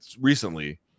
recently